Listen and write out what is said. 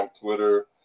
Twitter